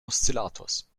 oszillators